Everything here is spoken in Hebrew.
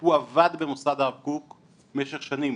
הוא עבד במוסד הרב קוק במשך שנים,